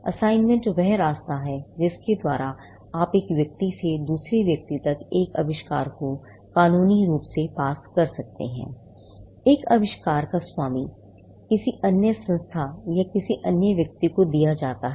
assignment वह रास्ता है जिसके द्वारा आप एक व्यक्ति से दूसरे व्यक्ति तक एक आविष्कार को कानूनी रूप से पास कर सकते हैं एक आविष्कार का स्वामित्व किसी अन्य संस्था या किसी अन्य व्यक्ति को दिया जाता है